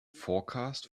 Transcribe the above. forecast